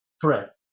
Correct